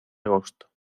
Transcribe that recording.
agosto